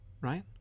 right